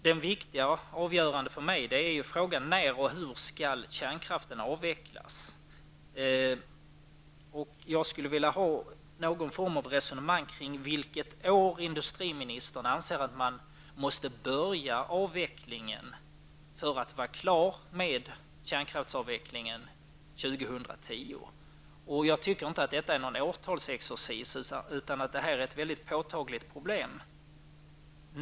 Den viktigaste frågan för mig är: När och hur skall kärnkraften avvecklas, och vilket år måste man börja avvecklingen för att vara klar år 2010? Jag tycker att detta inte är någon årfalsexercis, utan ett påtagligt problem.